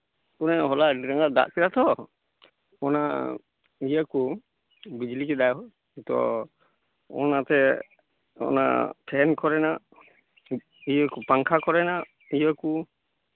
ᱦᱚᱞᱟ ᱟᱹᱰᱤ ᱡᱳᱨᱮ ᱫᱟᱜ ᱠᱮᱫᱟ ᱛᱷᱚ ᱚᱱᱟ ᱤᱭᱟᱹ ᱠᱚ ᱵᱤᱡᱽᱞᱤ ᱠᱮᱫᱟᱭ ᱱᱤᱛᱚᱜ ᱚᱱᱟᱛᱮ ᱚᱱᱟ ᱯᱷᱮᱱ ᱠᱚᱨᱮᱱᱟᱜ ᱯᱟᱝᱠᱷᱟ ᱠᱚᱨᱮᱱᱟᱜ ᱤᱭᱟᱹ ᱠᱩ